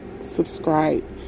subscribe